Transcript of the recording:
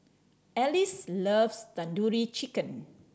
Alize loves Tandoori Chicken